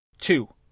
Two